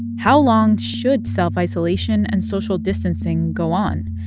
how long should self-isolation and social distancing go on?